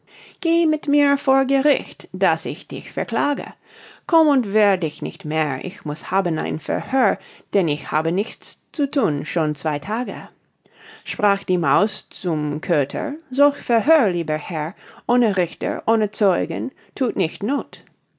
geh mit mir vor gericht daß ich dich verklage komm und wehr dich nicht mehr ich muß haben ein verhör denn ich habe nichts zu thun schon zwei tage sprach die maus zum köter solch verhör lieber herr ohne richter ohne zeugen thut nicht noth